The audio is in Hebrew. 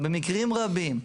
במקרים רבים,